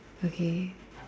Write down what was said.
okay